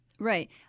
Right